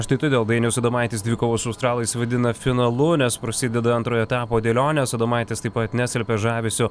štai todėl dainius adomaitis dvikovą su australais vadina finalu nes prasideda antrojo etapo dėlionės adomaitis taip pat neslepia žavesio